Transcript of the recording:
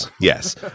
yes